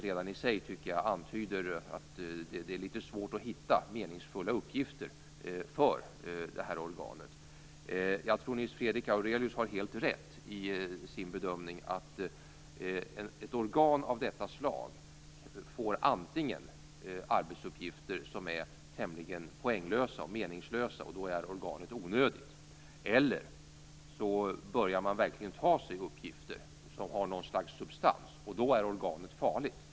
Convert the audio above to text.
Detta i sig antyder att det är litet svårt att hitta meningsfulla arbetsuppgifter för detta organ. Jag tror att Nils Fredrik Aurelius har helt rätt i sin bedömning att ett organ av detta slag får antingen arbetsuppgifter som är tämligen meningslösa och då är organet onödigt eller också börjar man ta sig an uppgifter som har något slags substans och då är organet farligt.